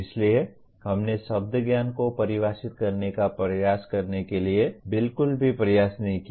इसलिए हमने शब्द ज्ञान को परिभाषित करने का प्रयास करने के लिए बिल्कुल भी प्रयास नहीं किया